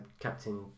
Captain